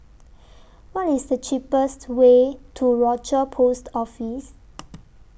What IS The cheapest Way to Rochor Post Office